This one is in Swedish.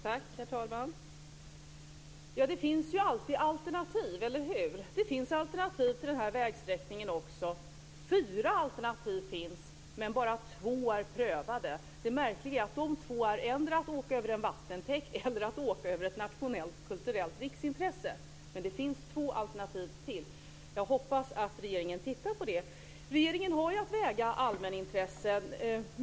Herr talman! Det finns ju alltid alternativ, eller hur? Det finns alternativ till den här vägsträckningen också: fyra alternativ finns, men bara två är prövade. Det märkliga är att de två innebär antingen att åka över en vattentäkt eller att åka över ett nationellt kulturellt riksintresse. Men det finns två alternativ till. Jag hoppas att regeringen tittar på dem. Regeringen har att väga allmänintressen mot varandra.